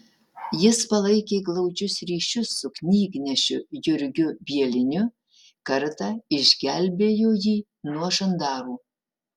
jis palaikė glaudžius ryšius su knygnešiu jurgiu bieliniu kartą išgelbėjo jį nuo žandaru